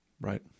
Right